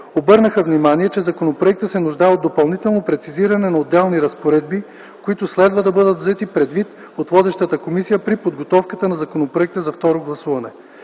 обърнаха внимание, че законопроектът се нуждае от допълнително прецизиране на отделни разпоредби, които следва да бъдат взети предвид от водещата комисия при подготовката на законопроекта за второ гласуване.